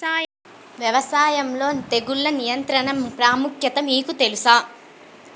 వ్యవసాయంలో తెగుళ్ల నియంత్రణ ప్రాముఖ్యత మీకు తెలుసా?